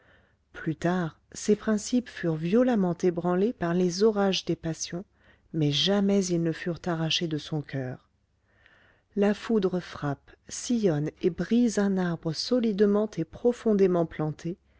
plus tard ces principes furent violemment ébranlés par les orages des passions mais jamais ils ne furent arrachés de son coeur la foudre frappe sillonne et brise un arbre solidement et profondément planté